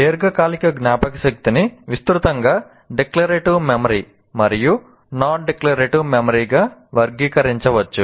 దీర్ఘకాలిక జ్ఞాపకశక్తిని విస్తృతంగా డిక్లరేటివ్ మెమరీ గా వర్గీకరించవచ్చు